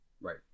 Right